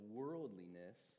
worldliness